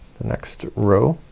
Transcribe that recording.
the next row.